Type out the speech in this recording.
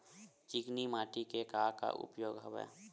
चिकनी माटी के का का उपयोग हवय?